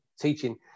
teaching